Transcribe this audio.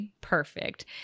perfect